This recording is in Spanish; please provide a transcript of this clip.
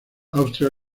austria